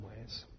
ways